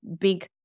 big